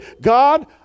God